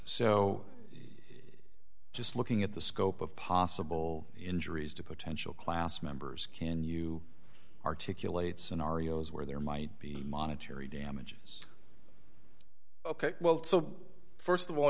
so just looking at the scope of possible injuries to potential class members can you articulate scenarios where there might be monetary damages ok well so st of all